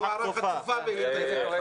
היא לא צריכה להגיד את זה.